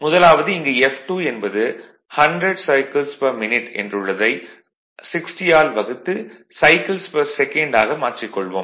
முதலாவது இங்கு f2 என்பது 100 சைக்கிள்ஸ் பெர் மினிட் என்றுள்ளதை 60 ஆல் வகுத்து சைக்கிள்ஸ் பெர் செகன்ட் ஆக மாற்றிக் கொள்வோம்